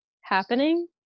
happening